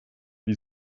wie